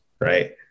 Right